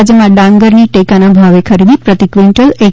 રાજ્યમાં ડાંગરની ટેકાના ભાવે ખરીદી પ્રતિ ક્વિન્ટલ રૂ